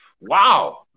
Wow